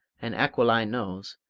an aquiline nose,